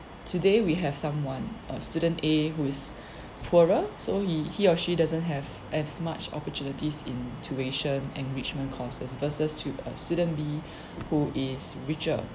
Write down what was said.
today we have someone or students A who's poorer so he he or she doesn't have as much opportunities in tuition enrichment courses verses to uh student B who is richer